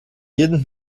jedem